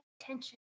attention